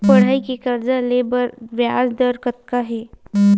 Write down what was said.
पढ़ई के कर्जा ले बर ब्याज दर कतका हे?